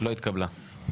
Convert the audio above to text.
לא התקבלה.